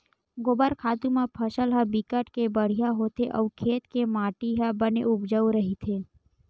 गोबर खातू म फसल ह बिकट के बड़िहा होथे अउ खेत के माटी ह बने उपजउ रहिथे